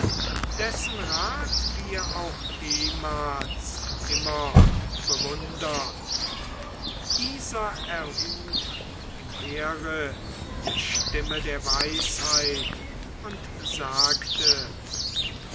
dessen rat wir auch ehmals immer bewundert dieser erhub im heere die stimme der weisheit und sagte